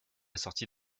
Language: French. sortie